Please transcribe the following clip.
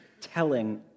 telling